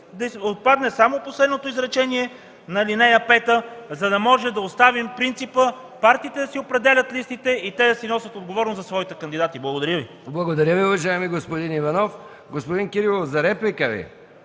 да отпадне само последното изречение на ал. 5, за да можем да оставим принципа партиите да си определят листите и те да си носят отговорност за своите кандидати. Благодаря Ви. ПРЕДСЕДАТЕЛ МИХАИЛ МИКОВ: Благодаря Ви, уважаеми господин Иванов. Господин Кирилов – за реплика,